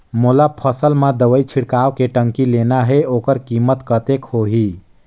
मोला फसल मां दवाई छिड़काव के टंकी लेना हे ओकर कीमत कतेक होही?